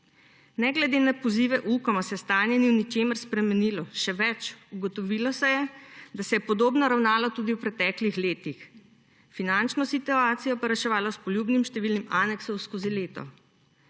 Ne glede na pozive Ukoma se stanje ni v ničemer spremenilo. Še več, ugotovilo se je, da se je podobno ravnalo tudi v preteklih letih, finančno situacijo pa reševalo s poljubnim številom aneksov skozi leto.